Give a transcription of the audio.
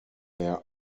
there